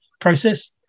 process